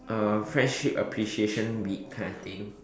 uh friendship appreciation week kind of thing